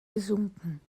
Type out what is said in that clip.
gesunken